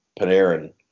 Panarin